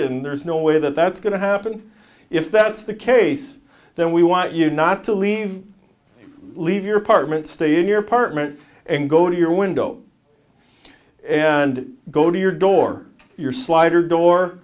and there's no way that that's going to happen if that's the case then we want you not to leave leave your apartment stay in your apartment and go to your window and go to your door your slider door